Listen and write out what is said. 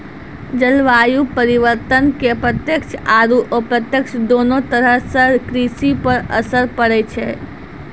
जलवायु परिवर्तन के प्रत्यक्ष आरो अप्रत्यक्ष दोनों तरह सॅ कृषि पर असर पड़ै छै